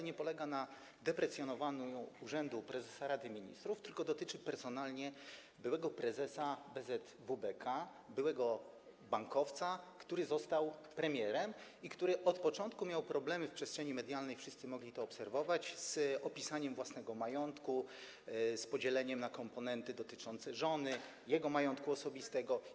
Nie polega ona na deprecjonowaniu urzędu prezesa Rady Ministrów, tylko dotyczy personalnie byłego prezesa BZ WBK, byłego bankowca, który został premierem, i który od początku miał problemy w przestrzeni medialnej, wszyscy mogli to obserwować, z opisaniem własnego majątku, z podzieleniem na komponenty dotyczące żony, jego majątku osobistego.